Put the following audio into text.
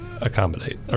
accommodate